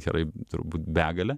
gerai turbūt begalę